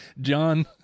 john